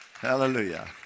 Hallelujah